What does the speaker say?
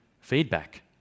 feedback